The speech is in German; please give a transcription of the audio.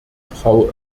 frau